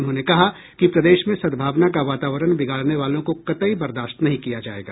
उन्होंने कहा कि प्रदेश में सदभावना का वातावरण बिगाड़ने वालों को कतई बर्दाश्त नहीं किया जायेगा